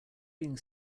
being